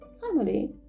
Family